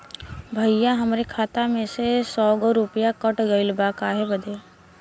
भईया हमरे खाता में से सौ गो रूपया कट गईल बा काहे बदे?